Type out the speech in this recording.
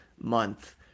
month